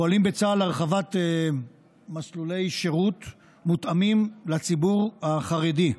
פועלים בצה"ל להרחבת מסלולי שירות מותאמים לציבור החרדי,